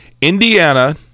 indiana